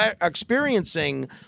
experiencing